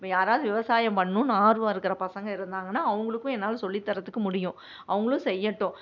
இப்போ யாராவது விவசாயம் பண்ணணுன்னு ஆர்வம் இருக்கிற பசங்க இருந்தாங்கன்னால் அவங்களுக்கும் என்னால் சொல்லித்தரத்துக்கு முடியும் அவங்களும் செய்யட்டும்